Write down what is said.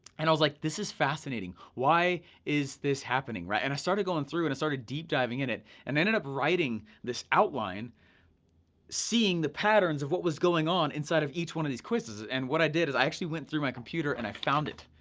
and i was like, this is fascinating. why is this happening? and i started going through and i started deep diving in it and ended up writing this outline seeing the patterns of what was going on inside of each one of these quizzes, and what i did, is i actually went through my computer and i found it,